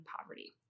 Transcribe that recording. poverty